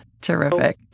terrific